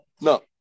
No